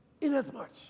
inasmuch